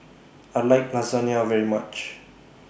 I like Lasagna very much